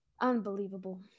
Unbelievable